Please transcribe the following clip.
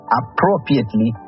appropriately